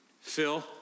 Phil